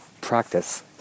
practice